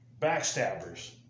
Backstabbers